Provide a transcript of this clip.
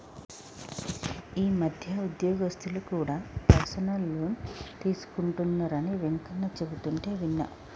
ఈ మధ్య ఉద్యోగస్తులు కూడా పర్సనల్ లోన్ తీసుకుంటున్నరని వెంకన్న చెబుతుంటే విన్నా